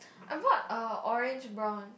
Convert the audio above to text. I bought a orange brown